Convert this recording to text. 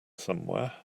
somewhere